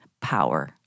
power